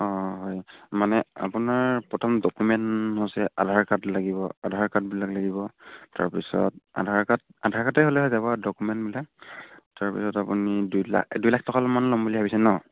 অঁ হয় মানে আপোনাৰ প্ৰথম ডকুমেণ্ট হৈছে আধাৰ কাৰ্ড লাগিব আধাৰ কাৰ্ডবিলাক লাগিব তাৰপিছত আধাৰ কাৰ্ড আধাৰ কাৰ্ডেই হ'লেই হৈ যাব ডকুমেণ্টবিলাক তাৰপিছত আপুনি দুই লাখ দুই লাখ টকামান ল'ম বুলি ভাবিছে নহ্